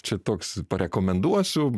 čia toks parekomenduosiu